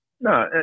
No